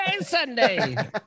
Sunday